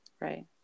Right